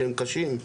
שהם קשים,